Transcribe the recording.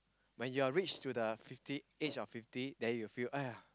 when you're reach to the fifty age of fifty then you'll feel !aiya!